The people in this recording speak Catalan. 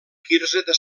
quirze